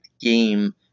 game